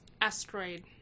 asteroid